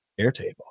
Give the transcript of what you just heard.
Airtable